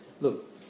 look